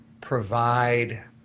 provide